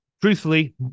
truthfully